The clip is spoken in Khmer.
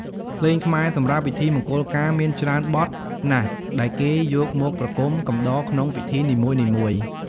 ភ្លេងខ្មែរសំរាប់ពិធីមង្គលការមានច្រើនបទណាស់ដែលគេយកមកប្រគំកំដរក្នុងពិធីនីមួយៗ។